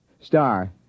Star